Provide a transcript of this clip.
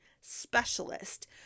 specialist